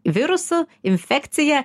virusu infekcija